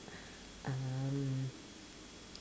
um